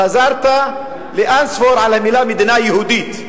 חזרת אין-ספור פעמים על המלה "מדינה יהודית",